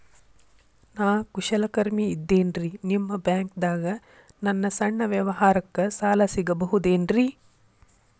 ನಾ ಕುಶಲಕರ್ಮಿ ಇದ್ದೇನ್ರಿ ನಿಮ್ಮ ಬ್ಯಾಂಕ್ ದಾಗ ನನ್ನ ಸಣ್ಣ ವ್ಯವಹಾರಕ್ಕ ಸಾಲ ಸಿಗಬಹುದೇನ್ರಿ?